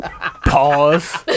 Pause